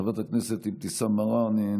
חברת הכנסת אבתיסאם מראענה,